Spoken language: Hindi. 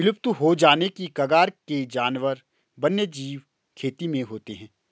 विलुप्त हो जाने की कगार के जानवर वन्यजीव खेती में होते हैं